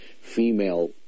female